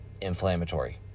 inflammatory